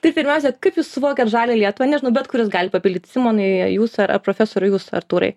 tai pirmiausia kaip jūs suvokiat žalią lietuvą nežinau bet kuris galit papildyt simonai jūs ar ar profesoriau jūs artūrai